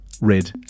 red